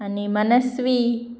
आनी मनस्वी